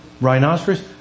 Rhinoceros